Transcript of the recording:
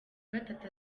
gatatu